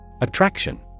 Attraction